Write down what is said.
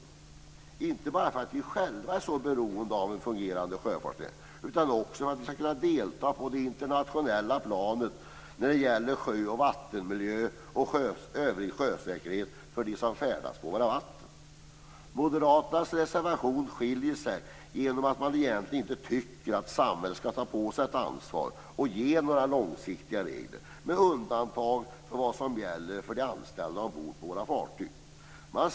Detta är viktigt inte bara för att vi själva är så beroende av en fungerande sjöfartsnäring, utan också för att vi skall kunna delta på det internationella planet när det gäller sjö och vattenmiljö och övrig sjösäkerhet för dem som färdas på våra vatten. Moderaternas reservation skiljer sig genom att de egentligen inte tycker att samhället skall ta på sig ett ansvar och ge några långsiktiga regler, med undantag för vad som gäller för de anställda ombord på våra fartyg.